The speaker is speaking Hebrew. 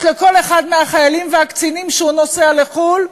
לכל אחד מהחיילים והקצינים כשהוא נוסע לחו"ל,